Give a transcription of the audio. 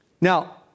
Now